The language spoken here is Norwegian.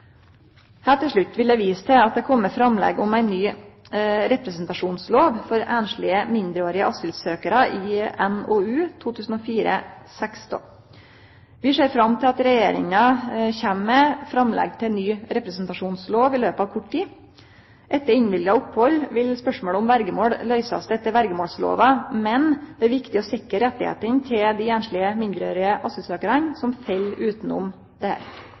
til slutt vil eg vise til at det har kome framlegg om ei ny representasjonslov for einslege mindreårige asylsøkjarar i NOU 2004:16. Vi ser fram til at Regjeringa kjem med framlegg til ny representasjonslov i løpet av kort tid. Etter innvilga opphald vil spørsmål om verjemål løysast etter verjemålslova, men det er viktig å sikre rettane til dei einslege mindreårige asylsøkjarane som fell utanom denne. Sjølv om det